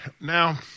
now